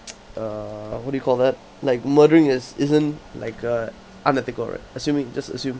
err what do you call that like murdering is isn't like uh unethical right assuming just assume